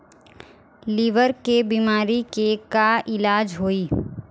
Liver के बीमारी के का इलाज होई?